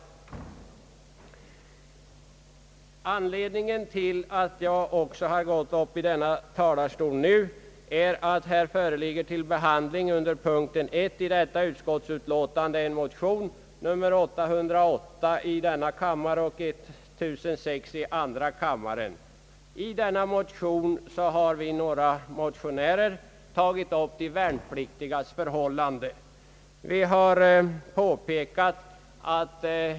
En av anledningarna till att jag gått upp i denna talarstol nu är att till behandling föreligger en motion, I: 808, likalydande med II: 1006, under punkten 1 i detta utskottsutlåtande. I motionen har vi motionärer tagit upp de värnpliktigas avlöningsförhållanden.